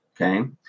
Okay